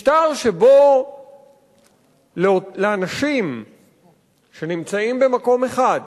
משטר שבו לאנשים שנמצאים במקום אחד